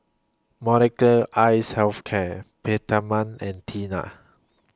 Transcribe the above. Molnylcke Health Care Peptamen and Tena